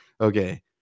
okay